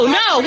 no